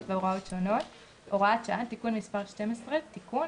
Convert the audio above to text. והוראות שונות) (הוראת שעה) (תיקון מס' 12) (תיקון),